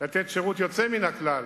לתת שירות יוצא מן הכלל